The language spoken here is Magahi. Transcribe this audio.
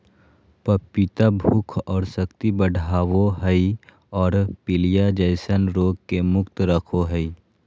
पपीता भूख और शक्ति बढ़ाबो हइ और पीलिया जैसन रोग से मुक्त रखो हइ